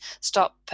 stop